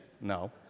No